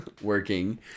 working